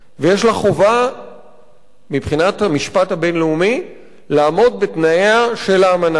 ויש לה חובה מבחינת המשפט הבין-לאומי לעמוד בתנאיה של האמנה הזאת.